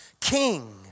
king